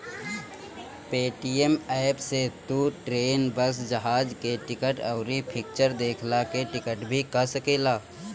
Paytm app से तू train, bus, जहाज के टिकट, अउरी फिक्चर देखला के टिकट भी कअ सकेला